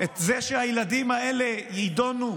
את זה שהילדים האלה יידונו